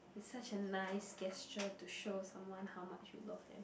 it's such a nice gesture to show someone how much you love them